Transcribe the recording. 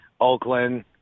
Oakland